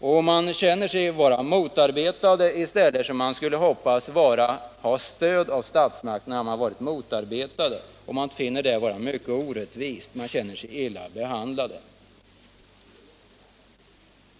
Ungdomarna känner sig vara motarbetade i stället för att ha stöd av statsmakterna och tycker sig vara orättvist och illa behandlade.